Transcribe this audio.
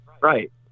Right